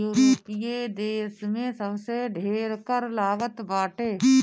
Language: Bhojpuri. यूरोपीय देस में सबसे ढेर कर लागत बाटे